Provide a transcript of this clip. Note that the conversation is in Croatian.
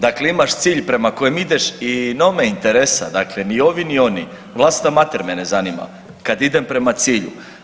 Dakle, imaš cilj prema kojem ideš i no me interesa, dakle ni ovi ni oni, vlastita mater me ne zanima kad idem prema cilju.